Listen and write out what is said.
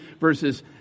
verses